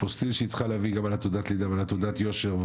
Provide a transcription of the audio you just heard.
אפוסטיל שהיא צריכה לתת תעודת לידה ותעודה יושר,